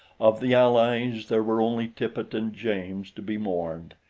of the allies there were only tippet and james to be mourned,